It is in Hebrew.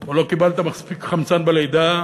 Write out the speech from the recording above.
או לא קיבלת מספיק חמצן בלידה,